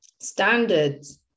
Standards